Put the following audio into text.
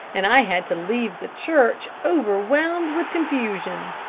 and i had to leave the church, overwhelmed with confusion.